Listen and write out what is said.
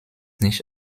nicht